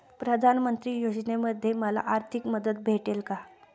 प्रधानमंत्री योजनेमध्ये मला आर्थिक मदत भेटेल का?